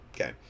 okay